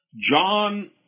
John